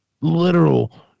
Literal